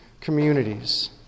communities